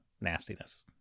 nastiness